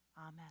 amen